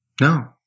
No